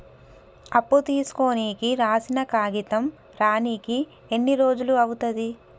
అప్పు తీసుకోనికి రాసిన కాగితం రానీకి ఎన్ని రోజులు అవుతది?